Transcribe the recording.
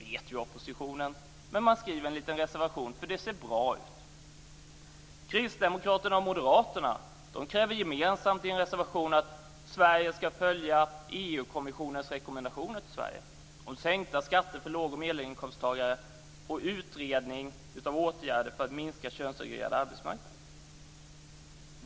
Det vet oppositionen, men man skriver en liten reservation eftersom det ser bra ut. Kristdemokraterna och Moderaterna kräver gemensamt i en reservation att Sverige ska följa EG kommissionens rekommendationer till Sverige om att sänka skatter för låg och medelinkomsttagare och att utreda åtgärder för att minska den könssegregerade arbetsmarknaden.